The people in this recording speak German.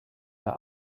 der